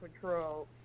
control